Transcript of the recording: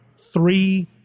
three